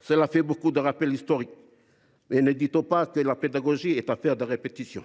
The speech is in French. Cela fait beaucoup de rappels historiques, mais ne dit on pas que la pédagogie est affaire de répétition ?